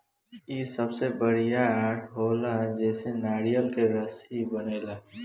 इ सबसे बड़ी बरियार होला जेसे नारियर के रसरी बनेला